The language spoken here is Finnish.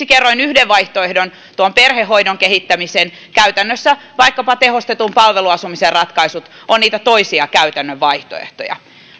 kerroin yhden vaihtoehdon tuon perhehoidon kehittämisen ja käytännössä vaikkapa tehostetun palveluasumisen ratkaisut ovat niitä toisia käytännön vaihtoehtoja